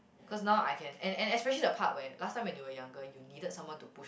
cause now I can and and especially the part where last time when you were younger you needed someone to push